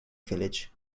village